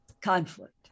conflict